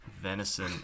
venison